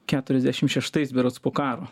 keturiasdešim šeštais berods po karo